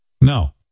No